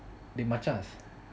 டேய் மச்சான்ஸ்:dei machans